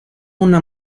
una